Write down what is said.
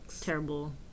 Terrible